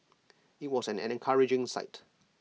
IT was an encouraging sight